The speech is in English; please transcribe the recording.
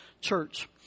church